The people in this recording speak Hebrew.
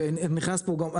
ונכנס פה גם,